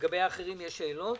לגבי האחרים יש שאלות?